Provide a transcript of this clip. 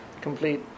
complete